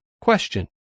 Question